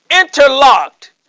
interlocked